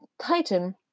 Titan